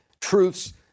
truths